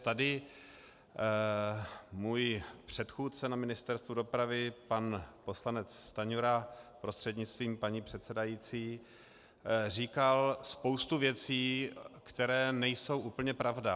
Tady můj předchůdce na Ministerstvu dopravy pan poslanec Stanjura, prostřednictvím paní předsedající, říkal spoustu věcí, které nejsou úplně pravda.